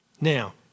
Now